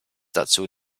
dazu